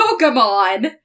Pokemon